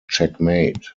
checkmate